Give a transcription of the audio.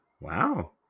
Wow